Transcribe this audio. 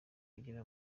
agera